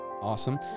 Awesome